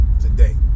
today